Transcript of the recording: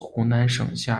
湖南省